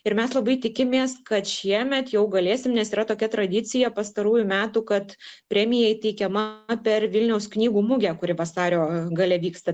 ir mes labai tikimės kad šiemet jau galėsim nes yra tokia tradicija pastarųjų metų kad premija įteikiama per vilniaus knygų mugę kuri vasario gale vyksta